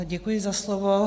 Děkuji za slovo.